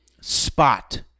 spot